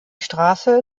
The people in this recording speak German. straße